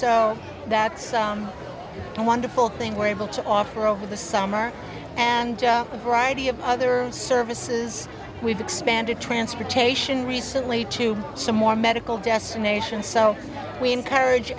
so that's a wonderful thing we're able to offer over the summer and a variety of other services we've expanded transportation recently to some more medical destination so we encourage